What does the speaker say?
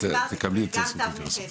זאת אומרת, מאיפה מתחילים?